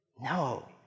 No